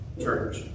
church